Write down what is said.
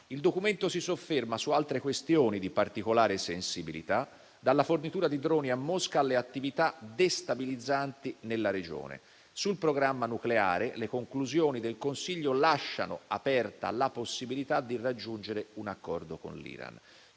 Il documento si sofferma su altre questioni di particolare sensibilità, dalla fornitura di droni a Mosca alle attività destabilizzanti nella regione. Sul programma nucleare, le conclusioni del Consiglio lasciano aperta la possibilità di raggiungere un accordo con l'Iran.